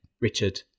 Richard